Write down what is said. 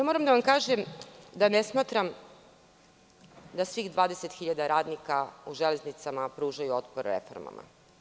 Moram da vam kažem da ne smatram da svih 20.000 radnika u Železnicama pružaju otpor tome.